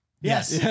Yes